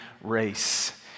race